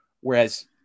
Whereas